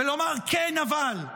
בלומר: כן, אבל,